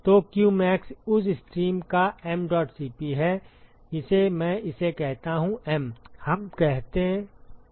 तो qmax उस stream का mdot Cp है जिसे मैं इसे कहता हूँ m हम कहते हैं कि deltaTmax